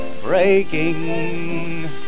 breaking